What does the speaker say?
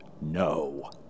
no